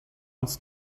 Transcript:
онц